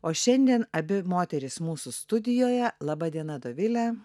o šiandien abi moterys mūsų studijoje laba diena dovile